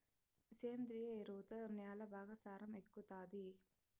సేంద్రియ ఎరువుతో న్యాల బాగా సారం ఎక్కుతాది